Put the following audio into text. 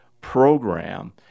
program